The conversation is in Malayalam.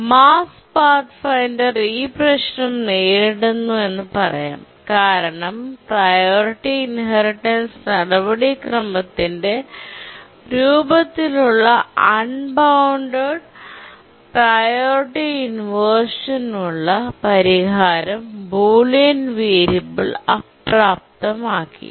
ചുരുക്കത്തിൽ മാർസ് പാത്ത്ഫൈൻഡർ ഈ പ്രശ്നം നേരിടുന്നുവെന്ന് പറയാം കാരണം പ്രിയോറിറ്റി ഇൻഹെറിറ്റൻസ് നടപടിക്രമത്തിന്റെ രൂപത്തിലുള്ള അൺബൌണ്ടഡ് പ്രിയോറിറ്റി ഇൻവെർഷൻനുള്ള പരിഹാരം ബൂലിയൻ വേരിയബിൾ അപ്രാപ്തമാക്കി